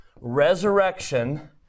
Resurrection